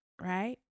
right